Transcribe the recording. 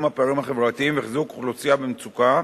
הפערים החברתיים וחיזוק האוכלוסייה במצוקה,